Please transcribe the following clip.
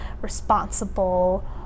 responsible